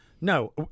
No